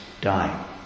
dying